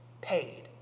paid